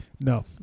No